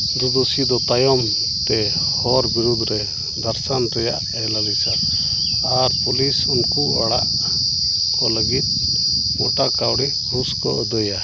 ᱫᱩᱫᱩᱥᱤ ᱫᱚ ᱛᱟᱭᱚᱢ ᱛᱮ ᱦᱚᱲ ᱵᱤᱨᱩᱫᱽ ᱨᱮ ᱫᱷᱚᱨᱥᱚᱱ ᱨᱮᱱᱟᱜ ᱮ ᱞᱟᱞᱤᱥᱟ ᱟᱨ ᱯᱩᱞᱤᱥ ᱩᱱᱠᱩ ᱟᱲᱟᱜ ᱠᱚ ᱞᱹᱜᱤᱫ ᱢᱚᱴᱟ ᱠᱟᱣᱰᱤ ᱜᱷᱩᱥ ᱠᱚ ᱟᱹᱫᱟᱹᱭᱟ